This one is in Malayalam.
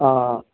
ആ ആ